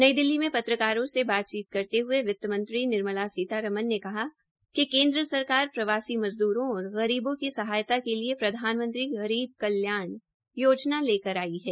नई दिल्ली में पत्रकारों से बातचीत करते हये वित्तमंत्री निर्मला सीतारमन ने कहा है कि प्रवासी मज़द्रों और गरीबो की सहायता के लिए केन्द्र सरकार प्रधानमंत्री गरीब कल्याण योजना लेकर आई है